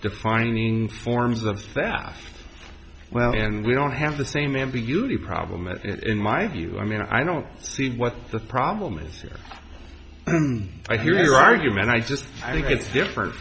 defining forms of staff well and we don't have the same ambiguity problem that in my view i mean i don't see what the problem is i hear your argument i just think it's different